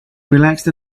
relaxed